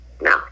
No